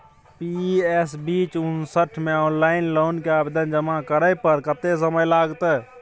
PS बीच उनसठ म ऑनलाइन लोन के आवेदन जमा करै पर कत्ते समय लगतै?